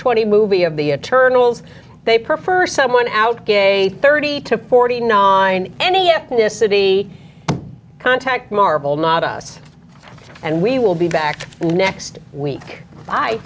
twenty movie of the eternals they prefer someone out gay thirty to forty nine any ethnicity contact marble not us and we will be back next week i